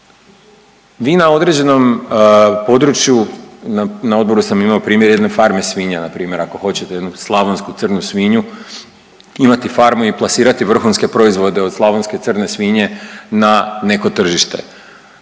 Vi na određenom području, na odboru sam imao primjer jedne farme svinja na primjer ako hoćete jednu slavonsku crnu svinju imati farmu i plasirati vrhunske proizvode od slavonske crne svinje na neko tržište.